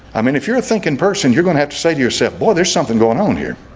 i mean if you're a thinking person, you're gonna have to say to yourself. well, there's something going on here